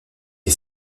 est